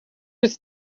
was